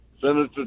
Senator